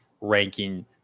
ranking